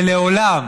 ולעולם,